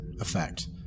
effect